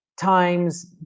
times